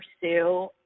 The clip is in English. pursue